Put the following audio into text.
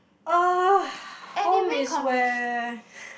uh home is where